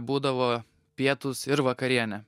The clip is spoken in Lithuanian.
būdavo pietūs ir vakarienė